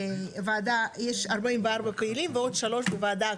יש 44 פעילים ועוד שלוש בוועדה הקרובה.